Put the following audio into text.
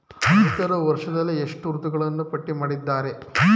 ರೈತರು ವರ್ಷದಲ್ಲಿ ಎಷ್ಟು ಋತುಗಳನ್ನು ಪಟ್ಟಿ ಮಾಡಿದ್ದಾರೆ?